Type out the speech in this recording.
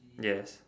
yes